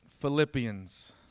Philippians